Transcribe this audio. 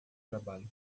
trabalho